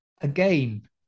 again